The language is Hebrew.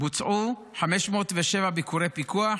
בוצעו 507 ביקורי פיקוח,